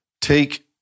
take